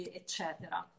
eccetera